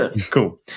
Cool